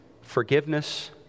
forgiveness